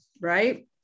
right